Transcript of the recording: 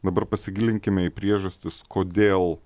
dabar pasigilinkime į priežastis kodėl